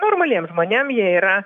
normaliem žmonėm jie yra